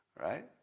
right